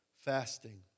Fasting